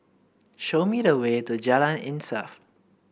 show me the way to Jalan Insaf